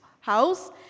House